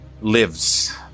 lives